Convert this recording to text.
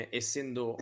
essendo